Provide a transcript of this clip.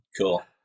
cool